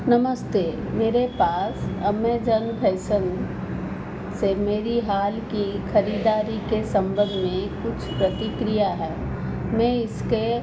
नमस्ते मेरे पास अमेजन फैसन से मेरी हाल की ख़रीदारी के संबंध में कुछ प्रतिक्रिया है मैं इसके